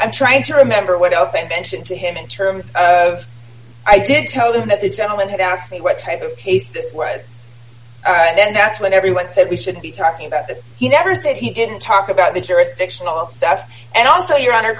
i'm trying to remember what else they mentioned to him in terms of i didn't tell him that the gentlemen had asked me what type of case this was and then that's when everyone said we shouldn't be talking about this you never say he didn't talk about the jurisdictional staff and also your honor